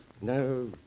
No